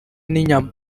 n’inyama